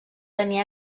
tenir